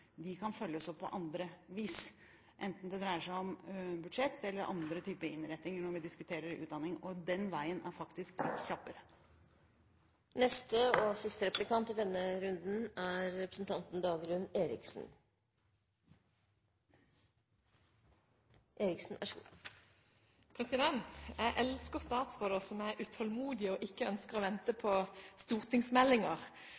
De kan følges opp på andre vis, enten det dreier seg om budsjett eller andre typer innrettinger når vi diskuterer utdanning. Den veien er faktisk kjappere. Jeg elsker statsråder som er utålmodige og ikke ønsker å vente på stortingsmeldinger – selv om jeg må si at jeg ikke er